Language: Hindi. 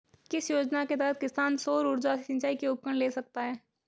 किस योजना के तहत किसान सौर ऊर्जा से सिंचाई के उपकरण ले सकता है?